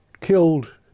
killed